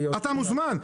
אתה מוזמן.